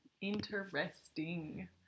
Interesting